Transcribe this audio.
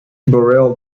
borel